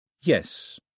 Yes